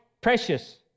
precious